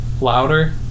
Louder